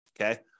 Okay